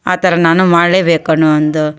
ಆ ಥರ ನಾನು ಮಾಡ್ಲೇಬೇಕು ಅನ್ನು ಒಂದು